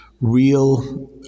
real